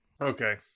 Okay